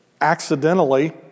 accidentally